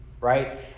right